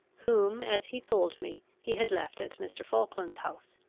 whom, as he told me, he had left at mr. falkland's house.